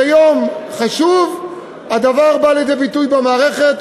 זה יום חשוב, והדבר בא לידי ביטוי במערכת.